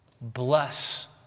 Bless